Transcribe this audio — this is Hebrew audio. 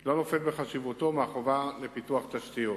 לא נופלת בחשיבותה מהחובה לפיתוח תשתיות.